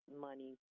money